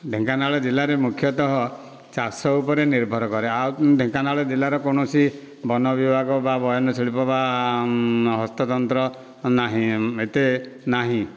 ଢେଙ୍କାନାଳ ଜିଲ୍ଲାରେ ମୁଖ୍ୟତଃ ଚାଷ ଉପରେ ନିର୍ଭର କରେ ଆଉ ଢେଙ୍କାନାଳ ଜିଲ୍ଲାର କୌଣସି ବନବିଭାଗ ବା ବୟନଶିଳ୍ପ ବା ହସ୍ତତନ୍ତ୍ର ନାହିଁ ଏତେ ନାହିଁ